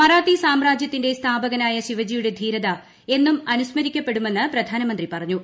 മറാത്തി സാമ്രാജ്യത്തിന്റെ സ്ഥാപകനായ ശിവജിയുടെ ധീരത എന്നും അനുസ്മരിക്കപ്പെടുമെന്ന് പ്രധാനമന്ത്രി പറഞ്ഞു